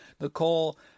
Nicole